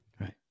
right